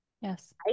yes